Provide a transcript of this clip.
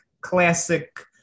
classic